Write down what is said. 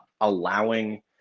allowing